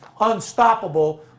unstoppable